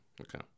okay